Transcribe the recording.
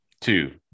Two